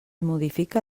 modifica